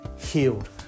healed